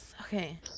Okay